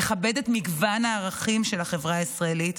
תכבד את מגוון הערכים של החברה הישראלית,